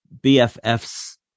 BFFs